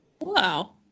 Wow